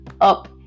up